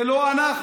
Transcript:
זה לא אנחנו,